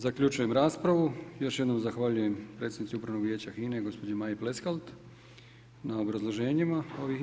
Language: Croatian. Zaključujem raspravu, još jednom zahvaljujem predsjednici Upravnog vijeća HINA-e gospođi Maji Pleskalt na obrazloženjima ovih izvješća.